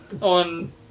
on